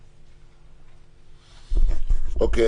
אוקיי.